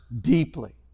deeply